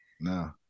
No